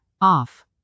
Off